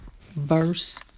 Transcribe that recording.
verse